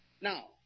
Now